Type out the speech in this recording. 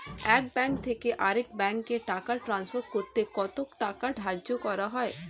এক ব্যাংক থেকে আরেক ব্যাংকে টাকা টান্সফার করতে কত টাকা ধার্য করা হয়?